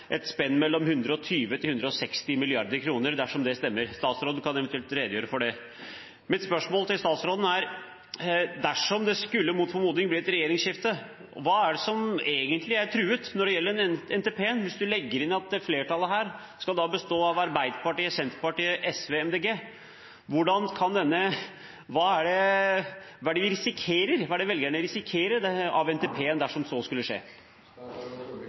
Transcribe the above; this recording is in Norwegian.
et spenn mellom 120 og 160 mrd. kr., dersom det stemmer. Statsråden kan eventuelt redegjøre for det. Mitt spørsmål til statsråden er: Dersom det mot formodning skulle bli et regjeringsskifte, hva er det som egentlig er truet når det gjelder NTP-en – hvis man legger inn at flertallet da skal bestå av Arbeiderpartiet, Senterpartiet, SV og Miljøpartiet De Grønne? Hva er det velgerne risikerer når det gjelder NTP-en, dersom så skulle skje?